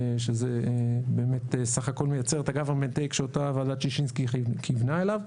שזה באמת סך הכול מייצר את --- שאותה ועדת שישינסקי כיוונה אליו,